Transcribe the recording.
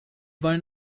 wollen